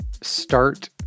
start